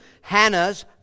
Hannah's